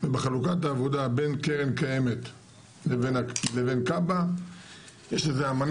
ובחלוקת העבודה בין קרן קיימת לבין כב"ה יש לזה אמנה